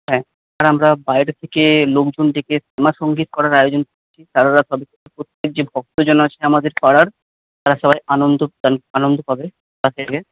হ্যাঁ আর আমরা বাইরে থেকে লোকজন ডেকে শ্যামা সঙ্গীত করার আয়োজন নিচ্ছি কারোর যে ভক্তজন আছে আমাদের পাড়ার তারা সবাই আনন্দ পান আনন্দ পাবেন তার থেকে